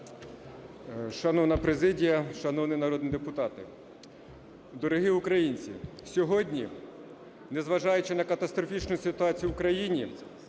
Шановна президія! Шановні народні депутати! Дорогі українці! Сьогодні, незважаючи на катастрофічну ситуацію в Україні,